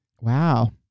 Wow